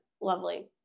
lovely